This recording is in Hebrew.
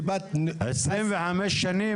עשרים וחמש שנים?